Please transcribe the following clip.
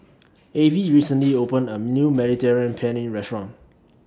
Avie recently opened A New Mediterranean Penne Restaurant